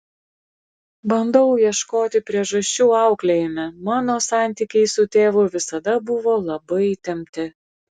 bandau ieškoti priežasčių auklėjime mano santykiai su tėvu visada buvo labai įtempti